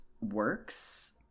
works